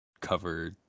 cover